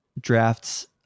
drafts